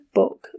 book